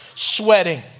sweating